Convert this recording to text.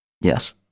Yes